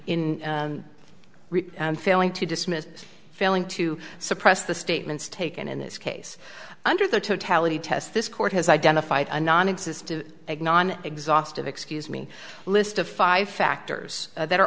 in failing to dismiss is failing to suppress the statements taken in this case under the totality test this court has identified a non existing exhaustive excuse me list of five factors that are